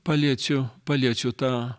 paliečiu paliečiu tą